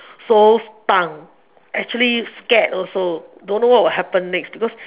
so stunned actually scared also don't know what will happen next because